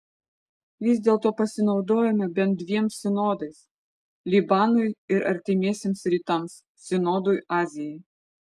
vis dėlto pasinaudojome bent dviem sinodais libanui ir artimiesiems rytams sinodui azijai